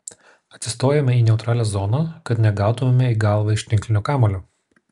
atsistojame į neutralią zoną kad negautumėme į galvą iš tinklinio kamuolio